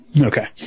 Okay